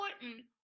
important